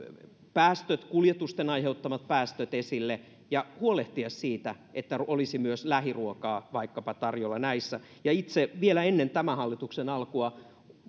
päästöt kuljetusten aiheuttamat päästöt esille ja huolehtia siitä että olisi myös vaikkapa lähiruokaa tarjolla näissä itse vielä ennen tämän hallituksen alkua